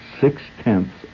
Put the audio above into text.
six-tenths